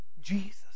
Jesus